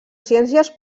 ciències